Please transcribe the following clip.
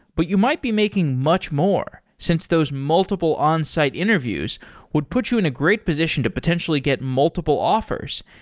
but you might be making much more since those multiple onsite interviews would put you in a great position to potentially get multiple offers,